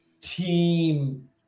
team